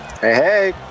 hey